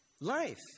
life